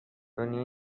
دنیا